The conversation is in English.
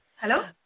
Hello